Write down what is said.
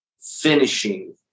finishing